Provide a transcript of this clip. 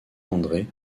andré